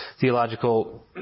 theological